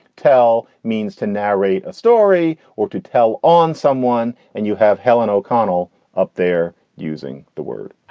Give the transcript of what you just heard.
tell means to narrate a story or to tell on someone. and you have helen o'connell up there using the word i